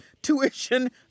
tuition